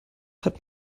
hat